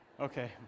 Okay